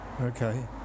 Okay